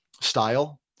style